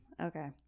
okay